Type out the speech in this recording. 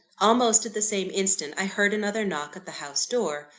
almost at the same instant, i heard another knock at the house-door.